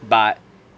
but